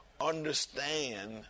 understand